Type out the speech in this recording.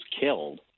killed